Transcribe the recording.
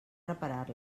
reparar